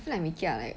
I feel like mee kia